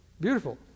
beautiful